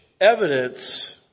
evidence